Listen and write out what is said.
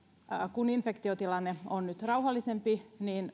kun infektiotilanne on nyt rauhallisempi